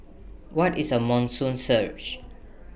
what is A monsoon surge